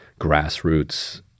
grassroots